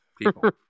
people